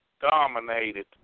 dominated